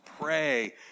pray